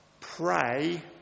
pray